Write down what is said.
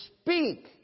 speak